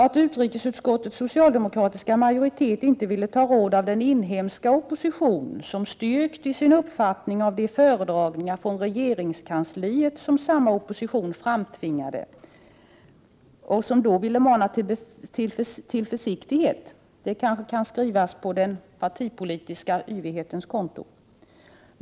Att utrikesutskottets socialdemokratiska majoritet inte ville ta råd av den inhemska opposition som, styrkt i sin uppfattning av de föredragningar från regeringskansliet som samma opposition framtvingade, manade till försiktighet kan kanske skrivas på den partipolitiska yvighetens konto.